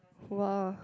!wah!